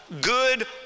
Good